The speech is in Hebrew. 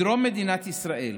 בדרום מדינת ישראל,